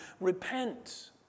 repent